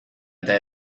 eta